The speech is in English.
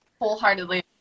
Wholeheartedly